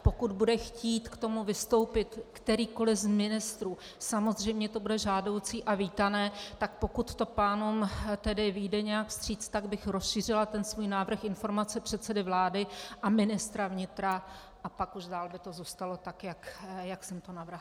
Pokud bude chtít k tomu vystoupit kterýkoli z ministrů, samozřejmě to bude žádoucí a vítané, tak pokud to pánům vyjde nějak vstříc, tak bych rozšířila svůj návrh Informace předsedy vlády a ministra vnitra a pak už by to dál zůstalo tak, jak jsem to navrhla.